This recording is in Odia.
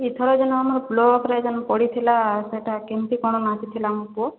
ଏଥର ଯେନ ଆମର ବ୍ଲକରେ ଯେନ୍ ପଡ଼ିଥିଲା ସେଟା କେମିତି କ'ଣ ନାଚିଥିଲା ମୋ ପୁଅ